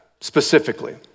specifically